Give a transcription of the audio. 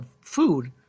food